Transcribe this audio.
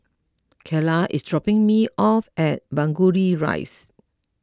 Carla is dropping me off at Burgundy Rise